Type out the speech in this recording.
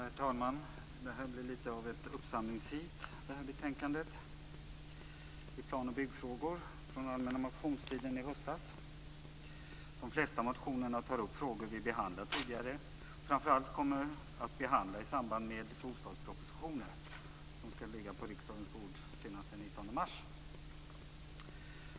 Herr talman! Det här betänkandet blir litet av ett uppsamlingsheat i plan och byggfrågor från allmänna motionstiden i höstas. De flesta motionerna tar upp frågor vi behandlat tidigare och som vi framför allt kommer att behandla i samband med bostadspropositionen, som skall ligga på riksdagens bord senaste den 19 mars.